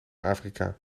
afrika